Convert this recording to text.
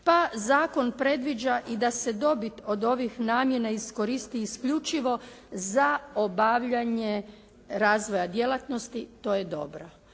pa zakon predviđa i da se dobit od ovih namjena iskoristi isključivo za obavljanje razvoja djelatnosti. To je dobro.